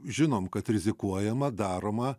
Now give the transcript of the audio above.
žinom kad rizikuojama daroma